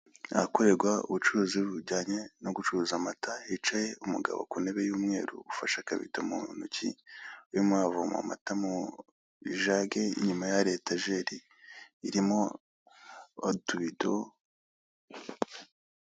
Ahakoregwa ubucuruzi bujyanye no gucuruza amata hicaye umugabo ku ntebe y'umweru ufashe akabido mu ntoki, urimo uravoma amata mu ijage, inyuma ye hari etageri irimo atubido.